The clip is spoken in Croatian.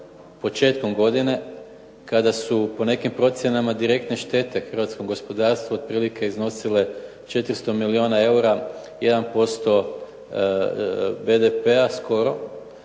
početkom godine kada su po nekim procjenama direktne štete u hrvatskom gospodarstvu otprilike iznosile 400 milijuna eura, 1% BDP-a skoro,